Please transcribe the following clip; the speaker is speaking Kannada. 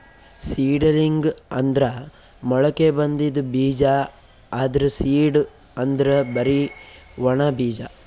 ಸೀಡಲಿಂಗ್ ಅಂದ್ರ ಮೊಳಕೆ ಬಂದಿದ್ ಬೀಜ, ಆದ್ರ್ ಸೀಡ್ ಅಂದ್ರ್ ಬರಿ ಒಣ ಬೀಜ